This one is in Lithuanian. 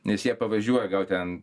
nes jie pavažiuoja gal ten